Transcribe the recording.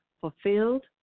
fulfilled